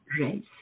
race